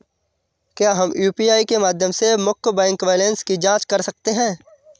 क्या हम यू.पी.आई के माध्यम से मुख्य बैंक बैलेंस की जाँच कर सकते हैं?